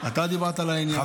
אתה דיברת לעניין,